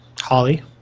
Holly